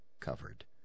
covered